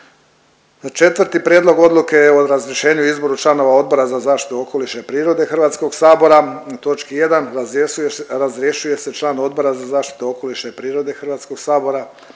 Četvrti, Prijedlog odluke o razrješenju i izboru članova Odbora za zaštitu okoliša i prirode HS-a. U točki 1, razrješuje se član Odbora za zaštitu okoliša i prirode HS-a Ivica